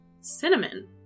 cinnamon